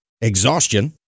exhaustion